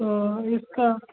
तो इसका